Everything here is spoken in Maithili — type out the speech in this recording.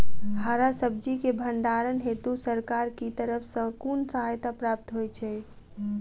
हरा सब्जी केँ भण्डारण हेतु सरकार की तरफ सँ कुन सहायता प्राप्त होइ छै?